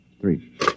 three